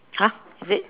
!huh! is it